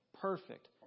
perfect